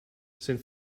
since